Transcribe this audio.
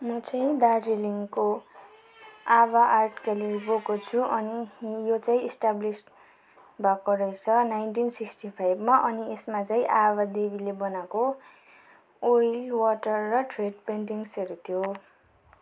म चाहिँ दार्जिलिङको आभा आर्ट ग्यालरी गएको छु अनि यो चाहिँ स्टाब्लिस भएको रहेछ नाइनटिन सिक्सटी फाइभमा अनि यसमा चाहिँ आभा देवीले बनाएको ओइल वाटर र थ्रेड पेन्टिङ्गसहरू थियो